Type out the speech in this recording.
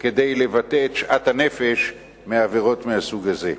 כדי לבטא את שאט הנפש מעבירות מהסוג הזה.